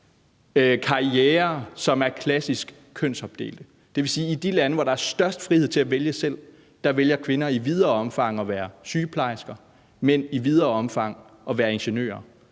karrierer, som er klassisk kønsopdelte. Det vil sige, at i de lande, hvor der er størst frihed til at vælge selv, vælger kvinder i videre omfang at være sygeplejersker, og mænd vælger i videre omfang at være ingeniører.